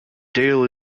dale